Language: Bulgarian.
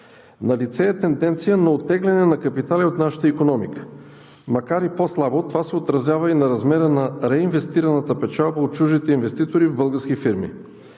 Налице е тенденция на оттегляне на капитали от нашата икономика. Макар и по-слабо, това се отразява и на размера на реинвестираната печалба от чуждите инвеститори в български фирми.